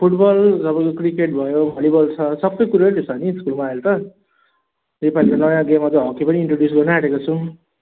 football अब यो cricket भयो भलिबल छ सबै कुरै त छ नि स्कुलमा अहिले त योपालि नयाँ गेममा त हकी पनि इन्ट्रड्युस गर्नु आँटेको छौँ